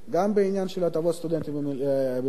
גם בעניין של הטבות לסטודנטים במילואים